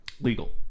legal